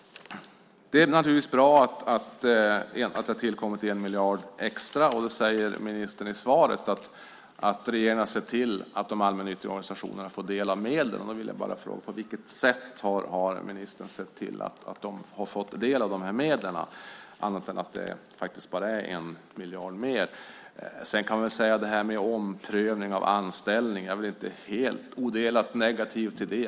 Det är naturligtvis bra att det har tillkommit 1 miljard extra. Ministern säger i svaret att regeringen har sett till att de allmännyttiga organisationerna får del av medlen. Då vill jag bara fråga: På vilket sätt har ministern sett till att de har fått del av de här medlen, annat att det faktiskt bara är 1 miljard mer? Sedan kan jag väl säga om det här med omprövning av anställning att jag inte är odelat negativ till det.